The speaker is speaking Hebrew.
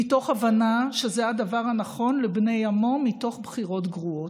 מתוך הבנה שזה הדבר הנכון לבני עמו מתוך בחירות גרועות.